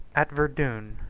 at verdun,